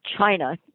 China